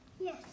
Yes